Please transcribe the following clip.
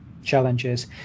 challenges